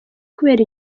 kubera